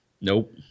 Nope